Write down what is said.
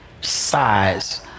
size